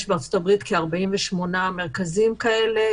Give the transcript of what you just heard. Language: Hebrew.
יש בארצות-הברית כ-48 מרכזים כאלה,